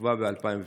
שנקבע ב-2007.